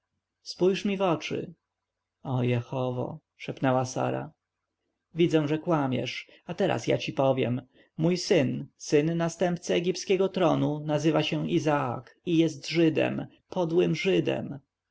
spojrzyj mi w oczy o jehowo szepnęła sara widzisz że kłamiesz a teraz ja ci powiem mój syn syn następcy egipskiego tronu nazywa się izaak i jest żydem podłym żydem